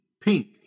pink